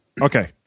Okay